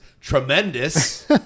tremendous